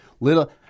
little –